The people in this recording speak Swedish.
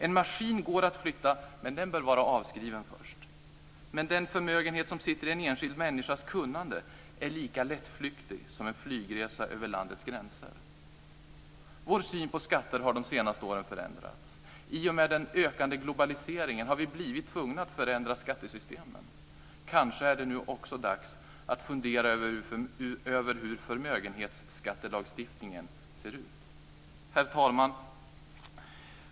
En maskin går att flytta, men den bör vara avskriven först. Men den förmögenhet som ligger i en enskilds människas kunnande är lika lättflyktig som en flygresa över landets gränser. Vår syn på skatter har under de senaste åren förändrats. I och med den ökade globaliseringen har vi blivit tvungna att förändra skattesystemen. Kanske är det nu också dags att fundera över hur förmögenhetsskattelagstiftningen ser ut. Herr talman!